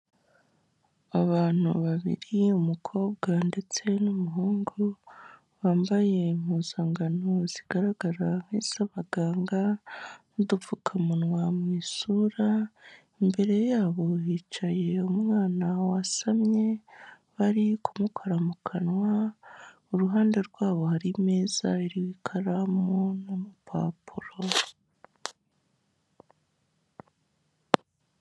Abantu babiri umukobwa ndetse n'umuhungu, bambaye impuzankano zigaragara nk'iz'abaganga, n'udupfukamunwa mu isura. Imbere yabo hicaye umwana wasamye bari kumukora mu kanwa, iruhande rwabo hari ameza n'ikaramu n'urupapuro.